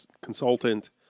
consultant